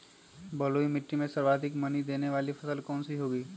बलुई मिट्टी में सर्वाधिक मनी देने वाली फसल कौन सी होंगी?